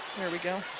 there we go.